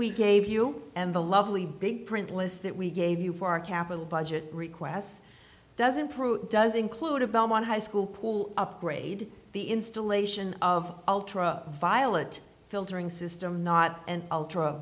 we gave you and the lovely big print list that we gave you for our capital budget requests doesn't prove it does include a belmont high school pool upgrade the installation of ultra violet filtering system not an ultra